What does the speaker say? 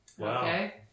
Okay